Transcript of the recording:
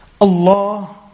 Allah